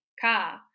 car